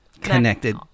connected